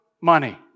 money